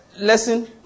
lesson